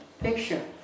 picture